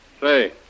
Say